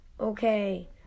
Okay